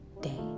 day